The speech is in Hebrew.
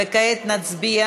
וכעת נצביע